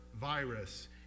virus